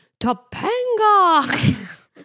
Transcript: Topanga